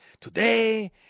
today